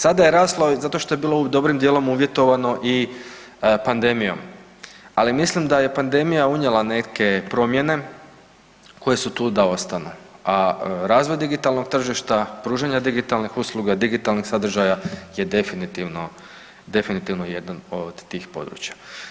Sada je raslo zato što je bilo dobrim dijelom uvjetovano i pandemijom, ali mislim da je pandemija unijela neke promjene koje su tu da ostanu, a razvoj digitalnog tržišta, pružanje digitalnih usluga digitalnih sadržaja je definitivno jedno od tih područja.